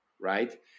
right